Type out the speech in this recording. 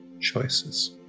choices